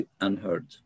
unheard